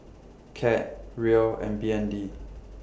Cad Riel and B N D